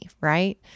right